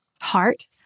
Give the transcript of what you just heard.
heart